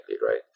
right